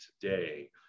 today